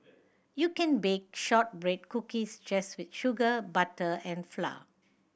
you can bake shortbread cookies just with sugar butter and flour